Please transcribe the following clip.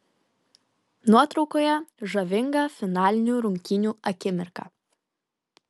nuotraukoje žavinga finalinių rungtynių akimirka